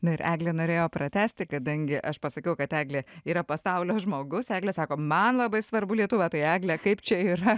na ir eglė norėjo pratęsti kadangi aš pasakiau kad eglė yra pasaulio žmogus eglė sako man labai svarbu lietuva tai egle kaip čia yra